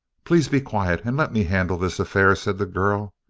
please be quiet and let me handle this affair, said the girl.